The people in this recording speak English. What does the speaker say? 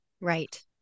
Right